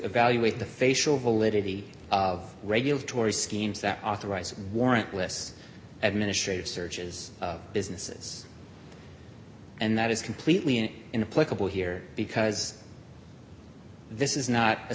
evaluate the facial validity of regulatory schemes that authorize warrantless administrative searches of businesses and that is completely and in a political here because this is not a